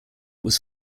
was